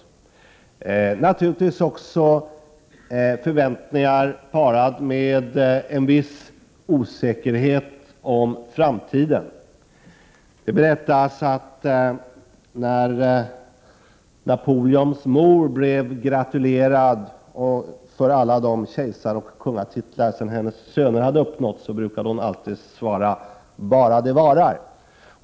Dessa förväntningar är naturligtvis också parade med en viss osäkerhet om framtiden. Det berättas att när Napoleons mor blev gratulerad för alla de kejsaroch kungatitlar som hennes söner hade fått, så brukade hon alltid svara: Bara det varar!